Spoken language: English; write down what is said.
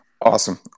awesome